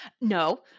No